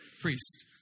Priest